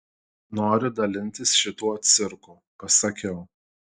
noriu dalintis šituo cirku pasakiau